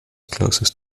closest